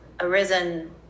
arisen